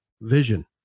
vision